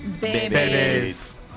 Babies